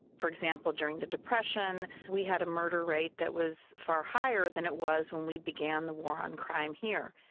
for example, during the depression we had a murder rate that was far higher than it was when we began the war on crime here.